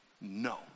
no